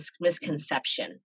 misconception